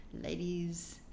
ladies